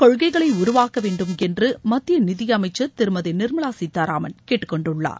கொள்கைகளை உருவாக்க வேண்டும் என்று மத்திய நிதியமைச்சர் திருமதி நிர்மலா சீத்தாராமன் கேட்டுக்கொண்டுள்ளார்